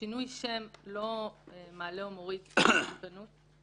ששינוי שם לא מעלה או מוריד את מידת המסוכנות.